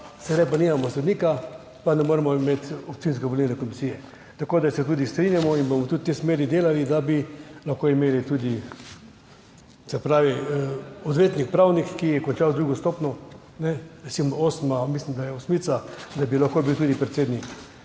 sedaj pa nimamo sodnika pa ne moremo imeti občinske volilne komisije. Tako da se tudi strinjamo in bomo tudi delali v tej smeri, da bi lahko imeli tudi – se pravi, odvetnik pravnik, ki je končal z drugo stopnjo, mislim, da je osmica, da bi lahko bil tudi predsednik